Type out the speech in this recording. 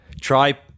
try